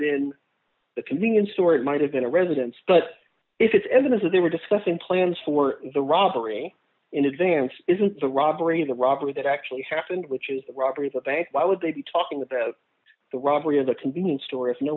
been a convenience store it might have been a residence but if it's evidence that they were discussing plans for the robbery in advance isn't the robbery the robbery that actually happened which is the robbery of the bank why would they be talking about the robbery of the convenience store if no